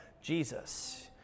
Jesus